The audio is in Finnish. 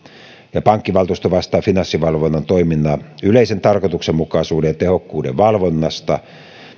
pankkivaltuusto vastaa finanssivalvonnan toiminnan yleisen tarkoituksenmukaisuuden ja tehokkuuden valvonnasta